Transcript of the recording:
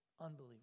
Unbelievable